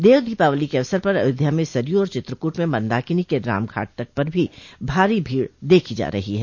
देव दीपावली के अवसर पर अयोध्या में सरयू और चित्रकूट में मंदाकिनी के रामघाट पर भी भारी भीड़ देखी जा रही है